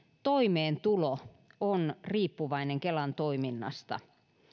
toimeentulo on riippuvainen kelan toiminnasta